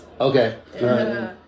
Okay